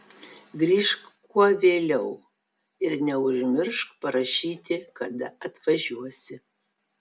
grįžk kuo vėliau ir neužmiršk parašyti kada atvažiuosi